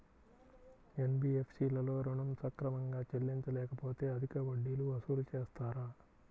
NBFC లలో ఋణం సక్రమంగా చెల్లించలేకపోతె అధిక వడ్డీలు వసూలు చేస్తారా?